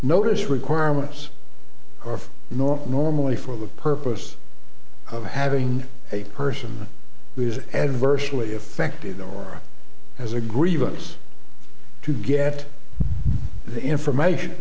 notice requirements are normal normally for the purpose of having a person who is adversely affected or has a grievance to get information